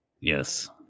Yes